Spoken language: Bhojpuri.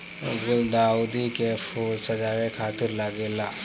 गुलदाउदी के फूल सजावे खातिर लागेला